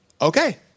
Okay